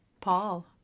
Paul